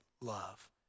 love